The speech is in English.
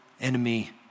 enemy